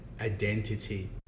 identity